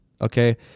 okay